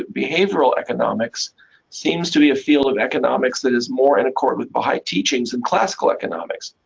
behavioral economics seems to be a field of economics that is more in accord with baha'i teachings and classical economics.